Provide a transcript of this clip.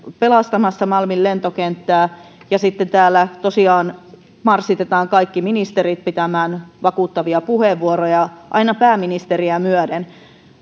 pelastamassa malmin lentokenttää ja sitten täällä tosiaan marssitetaan kaikki ministerit pitämään vakuuttavia puheenvuoroja aina pääministeriä myöden